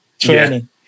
training